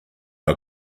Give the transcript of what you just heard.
our